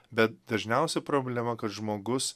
bet dažniausia problema kad žmogus